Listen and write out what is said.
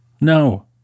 No